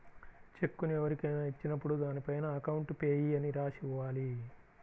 చెక్కును ఎవరికైనా ఇచ్చినప్పుడు దానిపైన అకౌంట్ పేయీ అని రాసి ఇవ్వాలి